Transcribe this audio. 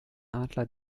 adler